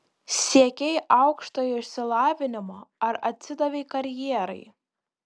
siekei aukštojo išsilavinimo ar atsidavei karjerai